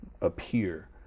appear